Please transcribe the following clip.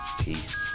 Peace